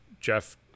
Jeff